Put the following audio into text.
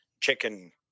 chicken